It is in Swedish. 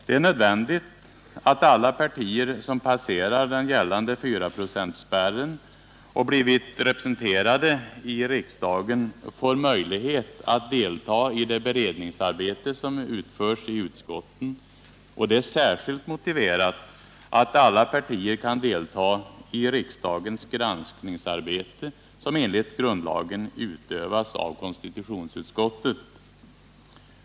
Det är nödvändigt att alla partier som passerat den gällande fyraprocentsspärren och blivit representerade i riksdagen får möjlighet att delta i det beredningsarbete som utförs i utskotten. Och det är särskilt motiverat att alla partier kan delta i riksdagens granskningsarbete, som enligt grundlagen utövas av konstitutionsutskottet.